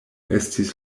estis